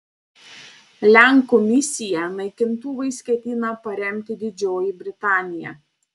lenkų misiją naikintuvais ketina paremti didžioji britanija